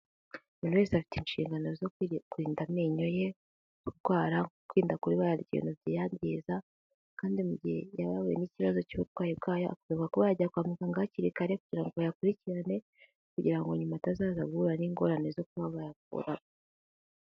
Buri wese afite inshingano zo kurinda amenyo ye kurwara kwirinda kuba hari ibintu biyangiza kandi mu gihe yaba ahuye n'ikibazo cy'uburwayi bwayo ko yajya kwa muganga hakiri kare kugira ngo ayakurikirane kugira ngo nyuma atazaza guhura n'ingorane zo kuba bayakuramo.